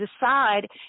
decide